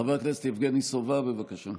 חבר הכנסת יבגני סובה, בבקשה.